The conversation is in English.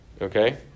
Okay